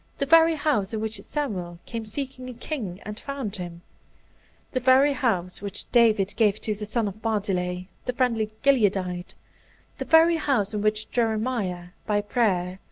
the very house in which samuel came seeking a king, and found him the very house which david gave to the son of barzillai, the friendly gileadite the very house in which jeremiah, by prayer,